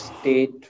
state